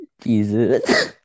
Jesus